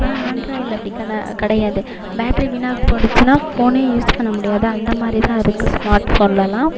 ஆனால் ஆண்ட்ராய்டில் அப்படி கிடையாது பேட்ரி வீணாக போணுச்சுனா ஃபோனே யூஸ் பண்ண முடியாது அந்த மாதிரிதான் இருக்கு ஸ்மார்ட் ஃபோன்லல்லாம்